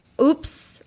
oops